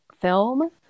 film